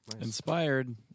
inspired